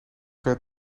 werd